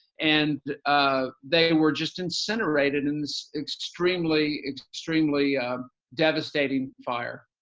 and ah they were just incinerated in this extremely extremely devastating fire.